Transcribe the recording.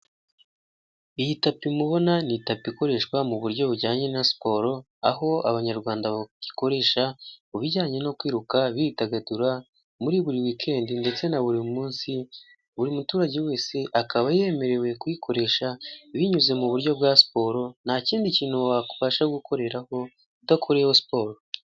iyi tapi mubona ni itapi ikoreshwa mu buryo bujyanye na siporo aho abanyarwanda bayikoresha bayikoresha mu bijyane no kwiruka bidagadura muri buri weekend ndetse na buri munsi ,buri muturage wese akaba yemerewe kuyikoresha binyuze mu buryo bwa siporo nta kindi kintu wabasha gukoreraho udakoreyeho siporo.